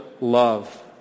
love